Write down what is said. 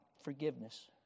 forgiveness